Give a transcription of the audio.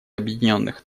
объединенных